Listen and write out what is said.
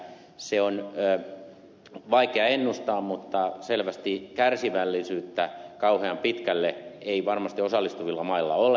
se on vaikea ennustaa mutta selvästi kärsivällisyyttä kauhean pitkälle ei varmasti osallistuvilla mailla ole